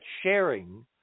sharing